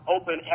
open